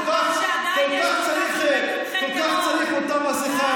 כשאני אצטרך ממך, כמה חבל שלא מייצרים את המסכה